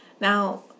now